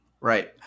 Right